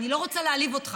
אני לא רוצה להעליב אותך,